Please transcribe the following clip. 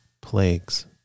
plagues